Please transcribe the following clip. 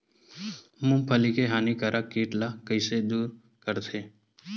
मूंगफली के हानिकारक कीट ला कइसे दूर करथे?